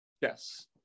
Yes